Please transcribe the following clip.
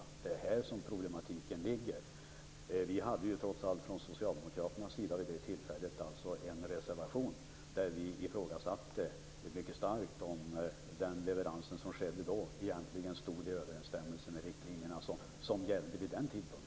Det är här som problematiken ligger. Vi hade trots allt från socialdemokraternas sida vid detta tillfälle en reservation där vi ifrågasatte mycket starkt om den leverans som skedde då egentligen stod i överensstämmelse med de riktlinjer som gällde vid den tidpunkten.